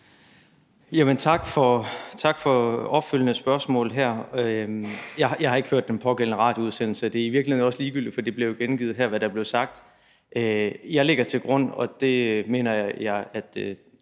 tak for det opfølgende spørgsmål her. Jeg har ikke hørt den pågældende radioudsendelse, og det er i virkeligheden også ligegyldigt, for det bliver jo gengivet her, hvad der blev sagt. Jeg lægger til grund – og det mener jeg